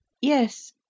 Yes